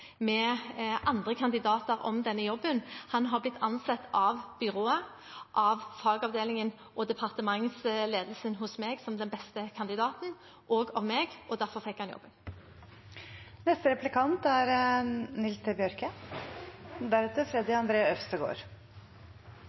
med andre kandidater om denne jobben. Han har av byrået, av fagavdelingen, av departementsledelsen hos meg og av meg blitt ansett som den beste kandidaten, og derfor fikk han jobben. Kven som er